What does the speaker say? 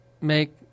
make